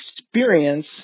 experience